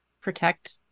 protect